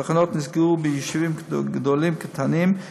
התחנות נסגרו ביישובים גדולים כקטנים,